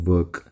Work